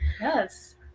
yes